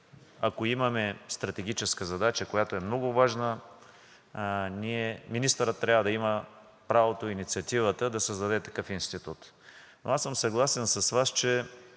ако имаме стратегическа задача, която е много важна, министърът трябва да има правото и инициативата да създаде такъв институт. Съгласен съм с Вас, че